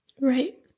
Right